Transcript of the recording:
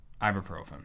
ibuprofen